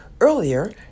earlier